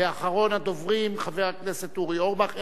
אחרון הדוברים הוא חבר הכנסת אורי אורבך,